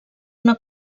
una